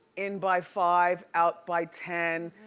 in by five, out by ten.